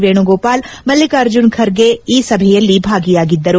ವೇಣುಗೋಪಾಲ್ ಮಲ್ಲಿಕಾರ್ಜುನ ಖರ್ಗೆ ಈ ಸಭೆಯಲ್ಲಿ ಭಾಗಿಯಾಗಿದ್ದರು